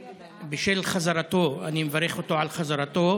בשל חזרתו, אני מברך אותו על חזרתו